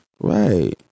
Right